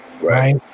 right